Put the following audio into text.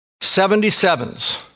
Seventy-sevens